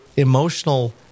emotional